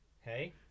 Hey